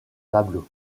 tableau